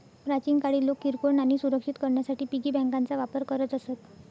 प्राचीन काळी लोक किरकोळ नाणी सुरक्षित करण्यासाठी पिगी बँकांचा वापर करत असत